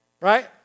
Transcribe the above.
Right